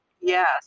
Yes